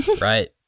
Right